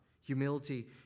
Humility